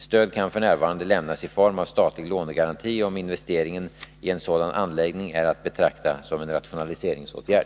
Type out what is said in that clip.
Stöd kan f. n. lämnas i form av statlig lånegaranti, om investeringen i en sådan anläggning är att betrakta som en rationaliseringsåtgärd.